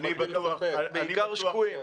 בעיקר שקועים.